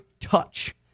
touch